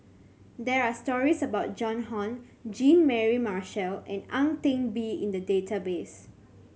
there are stories about Joan Hon Jean Mary Marshall and Ang Ten Bee in the database